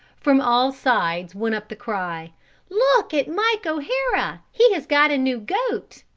from all sides went up the cry look at mike o'hara, he has got a new goat!